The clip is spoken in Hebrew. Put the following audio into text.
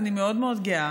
אני מאוד מאוד גאה